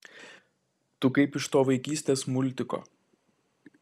tu kaip iš to vaikystės multiko